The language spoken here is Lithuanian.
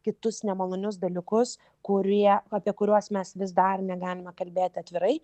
kitus nemalonius dalykus kurie apie kuriuos mes vis dar negalime kalbėti atvirai